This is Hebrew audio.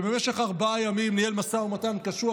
ובמשך ארבעה ימים ניהל משא ומתן קשוח,